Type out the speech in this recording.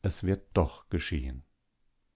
es wird doch geschehen